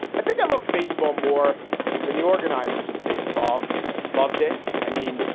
i think i love baseball more than the organizers of baseball loved it. i mean,